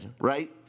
right